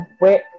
wait